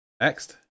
next